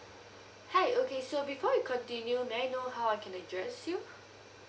hi okay so before we continue may I know how I can address you